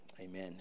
Amen